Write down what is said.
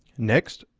next,